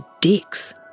dicks